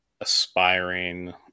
aspiring